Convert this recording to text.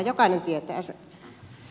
jokainen tietää sen